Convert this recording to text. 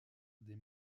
des